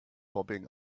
bobbing